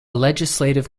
legislative